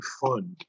fun